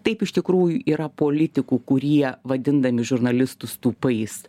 taip iš tikrųjų yra politikų kurie vadindami žurnalistus tūpais